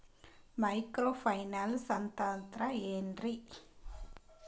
Micro finance ಅಂತಂದ್ರ ಏನ್ರೀ?